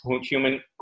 human